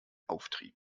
auftrieb